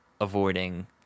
avoiding